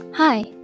Hi